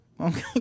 okay